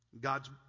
God's